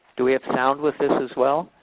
do we have sound with this as well?